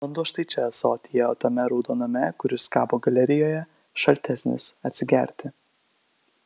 vanduo štai čia ąsotyje o tame raudoname kuris kabo galerijoje šaltesnis atsigerti